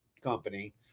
company